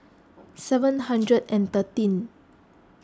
seven hundred and thirteen